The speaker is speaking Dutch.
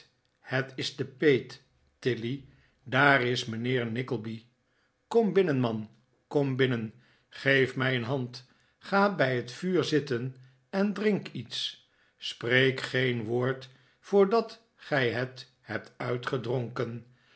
het is de peet tilly daar is mijnheer nickleby kom binnen man kom binnen geef mij een hand ga bij het vuur zitten en drink iets spreek geen woord voordat gij het